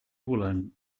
volant